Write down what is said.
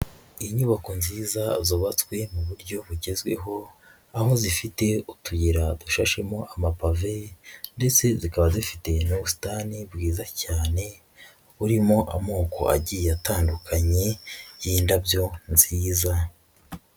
Inyubako nziza zubatswe mu buryo bugezweho, aho zifite utuyira dushashemo amapave, ndetse zikaba zifite n'ubusitani bwiza cyane, burimo amoko agiye atandukanye y'indabyo nziza.